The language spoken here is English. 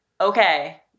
okay